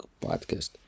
podcast